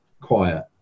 quiet